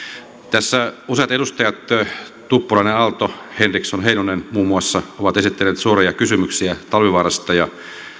tässä useat edustajat tuppurainen aalto henriksson heinonen muun muassa ovat esittäneet suoria kysymyksiä talvivaarasta ja